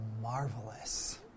marvelous